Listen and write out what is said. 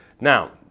Now